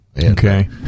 Okay